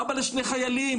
אבא לשני חיילים,